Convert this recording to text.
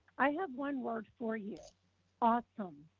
i have one word for you awesome.